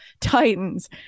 Titans